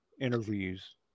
interviews